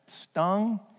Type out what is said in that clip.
stung